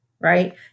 right